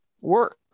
work